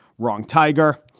wrong, tiger.